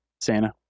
Santa